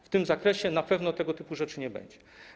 W tym zakresie na pewno tego typu rzeczy nie będzie.